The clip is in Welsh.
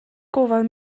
gofal